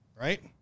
right